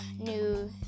new